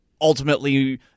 Ultimately